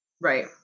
Right